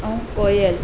ऐं कोयल